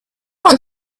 want